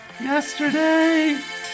Yesterday